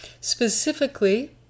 specifically